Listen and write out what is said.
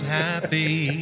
happy